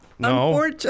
No